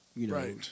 Right